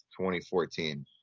2014